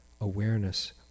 awareness